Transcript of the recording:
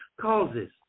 causes